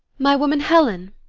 my woman? helen?